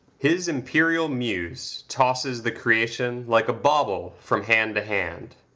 his imperial muse tosses the creation like a bauble from hand to hand,